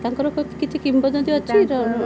ତାଙ୍କର କି କିଛି କିମ୍ବଦନ୍ତୀ ଅଛି